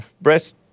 breast